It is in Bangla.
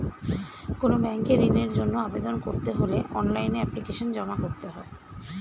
কোনো ব্যাংকে ঋণের জন্য আবেদন করতে হলে অনলাইনে এপ্লিকেশন জমা করতে হয়